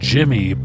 Jimmy